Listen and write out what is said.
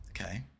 Okay